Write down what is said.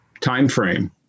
timeframe